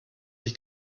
ich